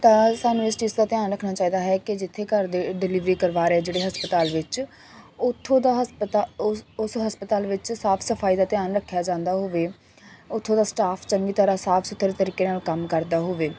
ਤਾਂ ਸਾਨੂੰ ਇਸ ਚੀਜ਼ ਦਾ ਧਿਆਨ ਰੱਖਣਾ ਚਾਹੀਦਾ ਹੈ ਕਿ ਜਿੱਥੇ ਘਰਦੇ ਡਿਲੀਵਰੀ ਕਰਵਾ ਰਹੇ ਜਿਹੜੇ ਹਸਪਤਾਲ ਵਿੱਚ ਉੱਥੋਂ ਦਾ ਹਸਪਤਾ ਉ ਉਸ ਹਸਪਤਾਲ ਵਿੱਚ ਸਾਫ ਸਫਾਈ ਦਾ ਧਿਆਨ ਰੱਖਿਆ ਜਾਂਦਾ ਹੋਵੇ ਉੱਥੋਂ ਦਾ ਸਟਾਫ ਚੰਗੀ ਤਰ੍ਹਾਂ ਸਾਫ ਸੁਥਰੇ ਤਰੀਕੇ ਨਾਲ ਕੰਮ ਕਰਦਾ ਹੋਵੇ